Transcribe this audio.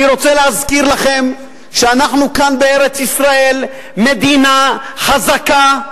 אני רוצה להזכיר לכם שאנחנו כאן בארץ-ישראל מדינה חזקה,